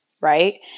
right